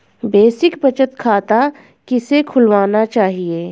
Basic बचत खाता किसे खुलवाना चाहिए?